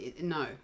No